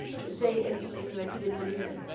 to say anything that he didn't believe in.